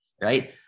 right